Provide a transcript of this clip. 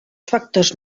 factors